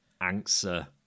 answer